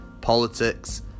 politics